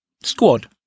Squad